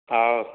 ହଉ